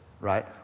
Right